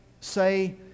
say